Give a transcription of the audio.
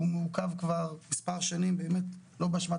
שהוא מעוכב כבר מספר שנים באמת לא באשמת